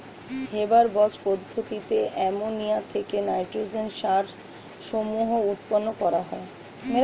Haber Bosch পদ্ধতিতে ammonia থেকে nitrogen সার সমূহ উৎপন্ন করা হয়